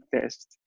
test